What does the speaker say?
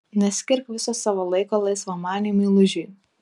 neskirk viso savo laiko laisvamaniui meilužiui